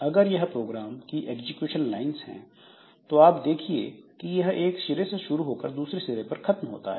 अगर यह प्रोग्राम की एग्जीक्यूशन लाइंस हैं तो आप देखिए कि यह एक सिरे से शुरू होकर दूसरे सिरे पर खत्म होता है